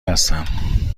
هستم